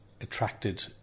attracted